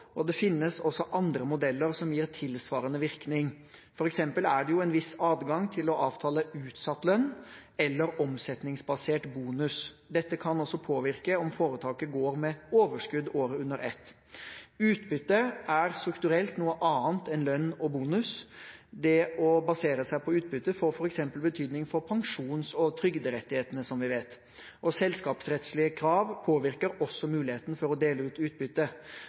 Det finnes også andre modeller som gir tilsvarende virkning. For eksempel er det en viss adgang til å avtale utsatt lønn eller omsetningsbasert bonus. Dette kan også påvirke om foretaket går med overskudd året under ett. Utbytte er strukturelt noe annet enn lønn og bonus. Det å basere seg på utbytte får f.eks. betydning for pensjons- og trygderettighetene, som vi vet. Selskapsrettslige krav påvirker også muligheten til å dele ut utbytte.